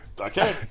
okay